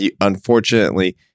Unfortunately